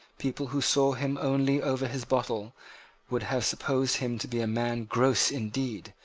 people who saw him only over his bottle would have supposed him to be a man gross indeed,